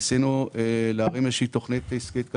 ניסינו להרים איזושהי תוכנית עסקית כלכלית,